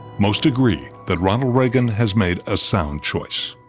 most agree that ronald reagan has made a sound choice.